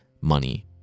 money